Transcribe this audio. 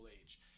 age